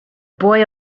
boy